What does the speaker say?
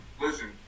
listen